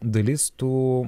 dalis tų